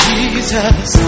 Jesus